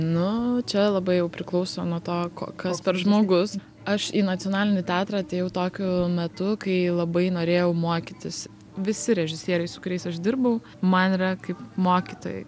nu čia labai jau priklauso nuo to ko kas per žmogus aš į nacionalinį teatrą atėjau tokiu metu kai labai norėjau mokytis visi režisieriai su kuriais aš dirbau man yra kaip mokytojai